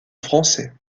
français